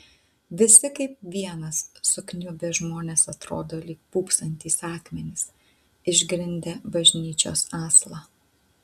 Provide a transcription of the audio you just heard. visi kaip vienas sukniubę žmonės atrodo lyg pūpsantys akmenys išgrindę bažnyčios aslą